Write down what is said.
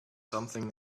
something